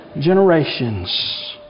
generations